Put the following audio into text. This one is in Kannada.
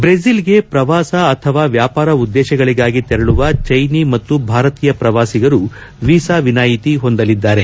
ಬ್ರೆಜಿಲ್ಗೆ ಪ್ರವಾಸ ಅಥವಾ ವ್ವಾಪಾರ ಉದ್ದೇಶಗಳಗಾಗಿ ತೆರಳುವ ಚೈನಿ ಮತ್ತು ಭಾರತೀಯ ಪ್ರವಾಸಿಗರು ವೀಸಾ ವಿನಾಯಿತಿ ಹೊಂದಲಿದ್ದಾರೆ